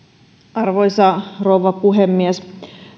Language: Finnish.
arvoisa rouva puhemies